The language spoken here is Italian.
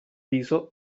viso